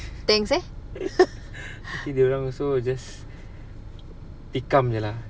thanks eh